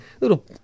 Little